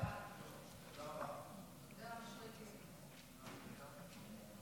ההצעה להעביר את